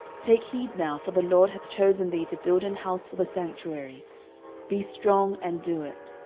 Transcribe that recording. take heed now for the lord hath chosen thee to build an house for the sanctuary be strong, and do it.